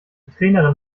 trainerin